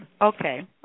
Okay